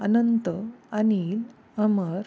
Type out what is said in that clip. अनंत Anil अमर